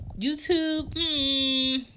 YouTube